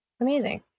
Amazing